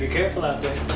careful out there.